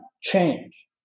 change